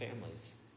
families